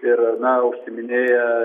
ir na užsiiminėja